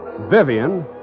Vivian